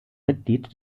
mitglied